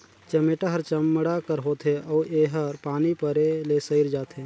चमेटा हर चमड़ा कर होथे अउ एहर पानी परे ले सइर जाथे